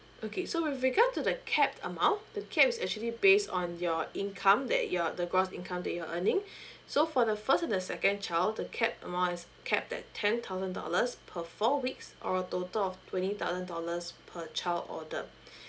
okay so with regards to the cap amount the cap is actually based on your income that you're the gross income that you're earning so for the first and the second child the cap amount is capped at ten thousand dollars per four weeks or a total of twenty thousand dollars per child or the